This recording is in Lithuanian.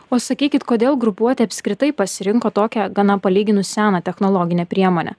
o sakykit kodėl grupuotė apskritai pasirinko tokią gana palyginus seną technologinę priemonę